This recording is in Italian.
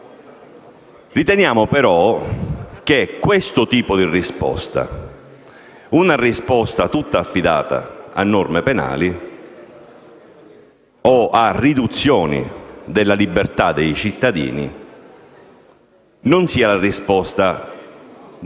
Riteniamo però che questo tipo di risposta, tutta affidata a norme penali o a riduzioni della libertà dei cittadini non sia giusta perché